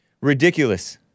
Ridiculous